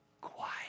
Quiet